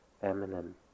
feminine